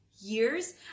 years